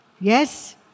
Yes